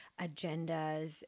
agendas